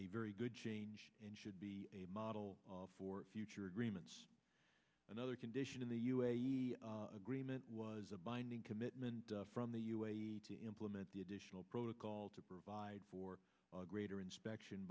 a very good change and should be a model for future agreements another condition in the us the agreement was a binding commitment from the u s to implement the additional protocol to provide for a greater inspection